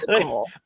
cool